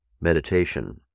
meditation